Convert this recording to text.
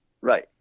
Right